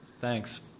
thanks